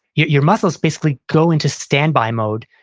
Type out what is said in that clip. your your muscles basically go into standby mode.